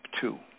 two